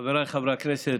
חבריי חברי הכנסת.